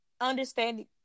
understanding